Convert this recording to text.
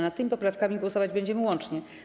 Nad tymi poprawkami głosować będziemy łącznie.